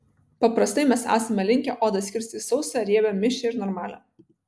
paprastai mes esame linkę odą skirstyti į sausą riebią mišrią ir normalią